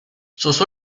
sus